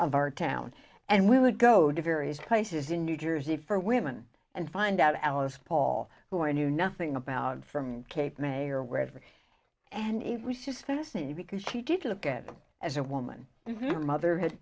of our town and we would go to various places in new jersey for women and find out alice paul who i knew nothing about from cape may or wherever and he was just this new because she did look at him as a woman who mother had